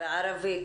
וערבית.